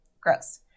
Gross